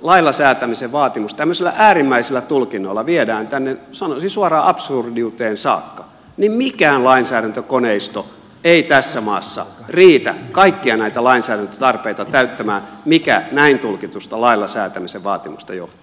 lailla säätämisen vaatimus tämmöisillä äärimmäisillä tulkinnoilla viedään tänne sanoisin suoraan absurdiuteen saakka niin mikään lainsäädäntökoneisto ei tässä maassa riitä kaikkia näitä lainsäädäntötarpeita täyttämään mitkä näin tulkitusta lailla säätämisen vaatimuksesta johtuvat